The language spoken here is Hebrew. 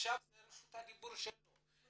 עכשיו רשות הדיבור היא שלו.